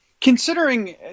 Considering